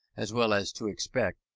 as well as to expect,